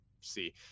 see